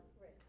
Right